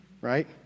right